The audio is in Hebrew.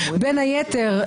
בין היתר,